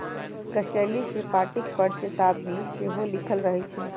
कसेली के पाकिट पर चेतावनी सेहो लिखल रहइ छै